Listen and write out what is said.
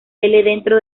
dentro